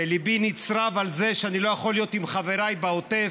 וליבי נצרב על זה שאני לא יכול להיות עם חבריי בעוטף.